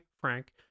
Frank